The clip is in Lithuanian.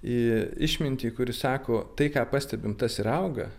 į išmintį kuri sako tai ką pastebim tas ir auga